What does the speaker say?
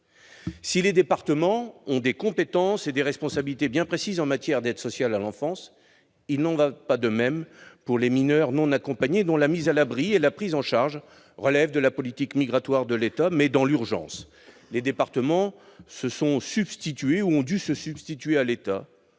Si les départements ont des compétences et des responsabilités bien précises en matière d'aide sociale à l'enfance, il n'en va pas de même pour les mineurs non accompagnés, dont la mise à l'abri et la prise en charge relèvent de la politique migratoire de l'État. Toutefois, dans l'urgence, les départements ont dû se substituer à l'État.